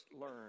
learn